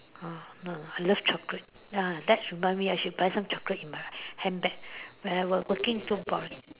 ah no lah it's just chocolate ah that reminds me I should buy some chocolate in my handbag when I working so boring